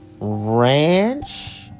Ranch